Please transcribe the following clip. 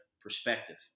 perspective